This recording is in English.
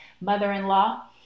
mother-in-law